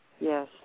Yes